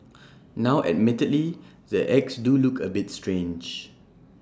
now admittedly the eggs do look A bit strange